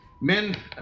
Men